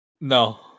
No